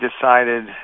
decided